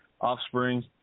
offspring